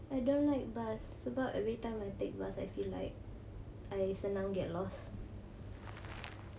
I don't like bus sebab every time I take bus I feel like I senang get lost